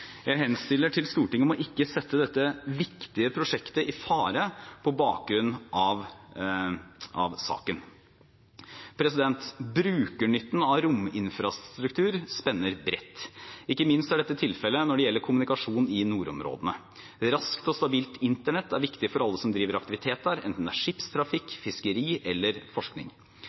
Jeg henstiller til Stortinget om å ikke sette dette viktige prosjektet i fare på bakgrunn av nyhetssaken. Brukernytten av rominfrastruktur spenner bredt. Ikke minst er dette tilfelle når det gjelder kommunikasjon i nordområdene. Raskt og stabilt internett er viktig for alle som driver aktivitet der, enten det er skipstrafikk, fiskeri eller forskning.